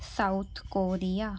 South Korea